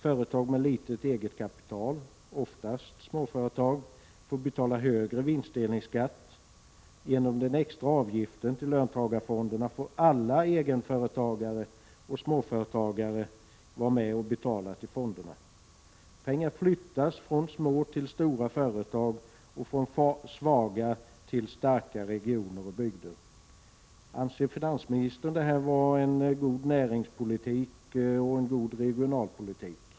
Företag med litet eget kapital, oftast småföretag, får betala högre vinstdelningsskatt. Genom den extra avgiften tilllöntagarfonderna får alla egenföretagare och småföretagare vara med och betala till fonderna. Pengar flyttas från små till stora företag och från svaga till starka regioner och bygder. Anser finansministern detta vara en god näringspolitik och en god regionalpolitik?